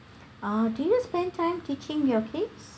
ah do you spend time teaching your kids